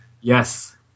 Yes